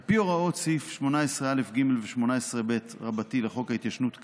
על פי הוראות סעיפים 18א(ג) ו-18ב לחוק ההתיישנות כיום,